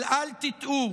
אבל אל תטעו,